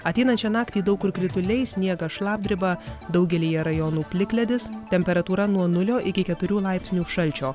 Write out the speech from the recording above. ateinančią naktį daug kur krituliai sniegas šlapdriba daugelyje rajonų plikledis temperatūra nuo nulio iki keturių laipsnių šalčio